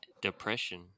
depression